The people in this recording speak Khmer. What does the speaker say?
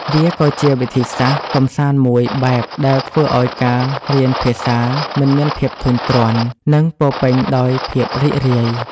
វាក៏ជាវិធីសាស្ត្រកម្សាន្តមួយបែបដែលធ្វើឱ្យការរៀនភាសាមិនមានភាពធុញទ្រាន់ និងពោរពេញដោយភាពរីករាយ។